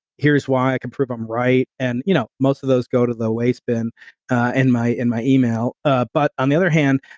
here's why. i can prove i'm right, and you know most of those go to the waste bin and in my email. ah but on the other hand,